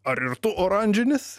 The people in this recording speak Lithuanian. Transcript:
ar ir tu oranžinis